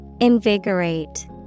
Invigorate